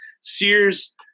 Sears